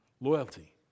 Loyalty